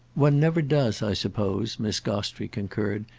one never does, i suppose, miss gostrey concurred,